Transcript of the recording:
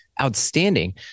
Outstanding